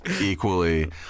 equally